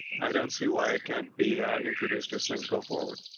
i don't see why it can't be introduced. just things go forward.